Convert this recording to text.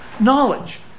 knowledge